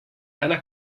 einer